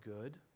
good